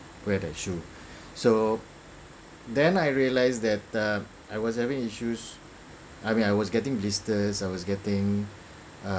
wear that shoe so then I realise that uh I was having issues I mean I was getting blisters I was getting uh